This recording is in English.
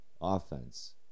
offense